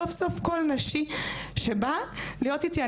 סוף סוף קול נשי שבא להיות איתי.